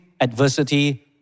adversity